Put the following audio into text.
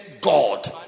God